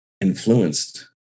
influenced